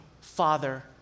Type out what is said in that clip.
Father